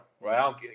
right